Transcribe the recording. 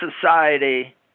society